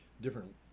different